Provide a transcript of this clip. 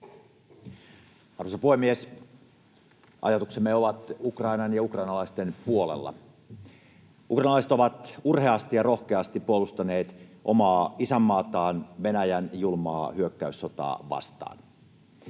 Arvoisa puhemies! Ajatuksemme ovat Ukrainan ja ukrainalaisten puolella. Ukrainalaiset ovat urheasti ja rohkeasti puolustaneet omaa isänmaataan Venäjän julmaa hyökkäyssotaa vastaan.